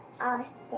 Austin